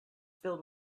filled